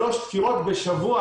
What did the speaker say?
שלוש דקירות בשבוע.